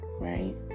Right